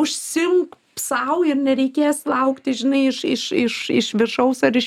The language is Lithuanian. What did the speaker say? užsiimk sau ir nereikės laukti žinai iš iš iš iš viršaus ar iš